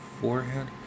forehead